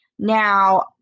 Now